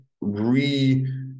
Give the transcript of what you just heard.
re